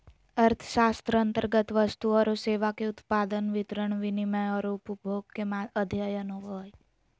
अर्थशास्त्र अन्तर्गत वस्तु औरो सेवा के उत्पादन, वितरण, विनिमय औरो उपभोग के अध्ययन होवो हइ